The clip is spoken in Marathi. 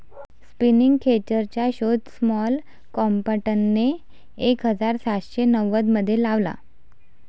स्पिनिंग खेचरचा शोध सॅम्युअल क्रॉम्प्टनने एक हजार सातशे नव्वदमध्ये लावला